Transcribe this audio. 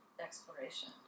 exploration